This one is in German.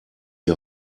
die